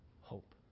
hope